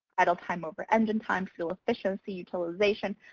idle time over engine time, fuel efficiency utilization.